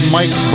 Mike